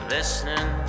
Listening